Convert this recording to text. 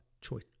choice